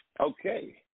Okay